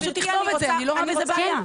פשוט לכתוב את זה, אני לא רואה בזה בעיה.